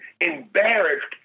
embarrassed